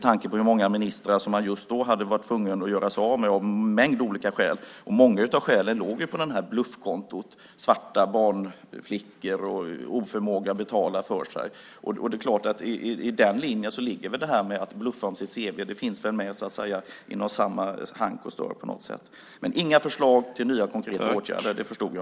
Han hade just då varit tvungen att göra sig av med många ministrar av en mängd olika skäl, och många av skälen låg på bluffkontot, till exempel svarta barnflickor och oförmåga att betala för sig. Att bluffa om sitt cv ligger i linje med detta. Det finns på något sätt inom samma hank och stör. Men det finns inga förslag till nya konkreta åtgärder, det förstod jag.